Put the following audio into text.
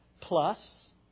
plus